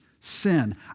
sin